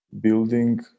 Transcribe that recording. building